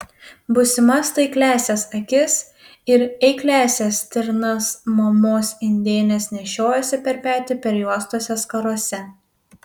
būsimas taikliąsias akis ir eikliąsias stirnas mamos indėnės nešiojosi per petį perjuostose skarose